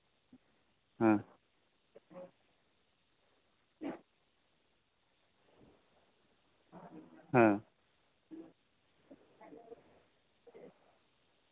ᱦᱮᱸ ᱦᱮᱸ